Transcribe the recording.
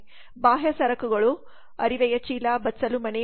ಬಾಹ್ಯ ಸರಕುಗಳು ಅರಿವೆಯ ಚೀಲ ಬಚ್ಚಲು ಮನೆ